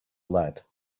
lead